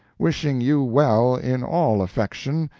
wishing you well in all affection,